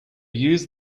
use